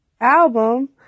album